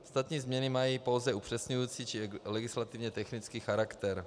Ostatní změny mají pouze upřesňující či legislativně technický charakter.